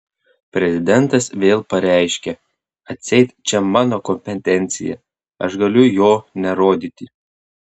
prezidentas vėl pareiškia atseit čia mano kompetencija aš galiu jo nerodyti